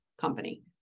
company